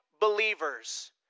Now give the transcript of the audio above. believers